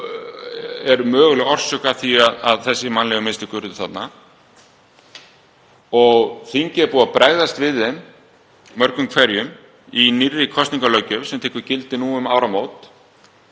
eru mögulega orsök þess að þessi mannlegu mistök urðu þarna. Þingið er búið að bregðast við þeim mörgum hverjum í nýrri kosningalöggjöf sem tekur gildi nú um áramót